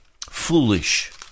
foolish